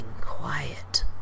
quiet